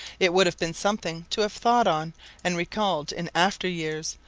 it would have been something to have thought on and recalled in after years,